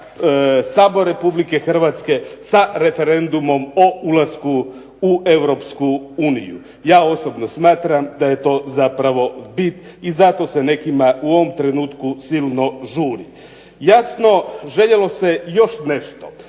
Sabor RH sa referendumom o ulasku u EU? Ja osobno smatram da je to zapravo bit i zato se nekima u ovom trenutku silno žuri. Jasno željelo se još nešto.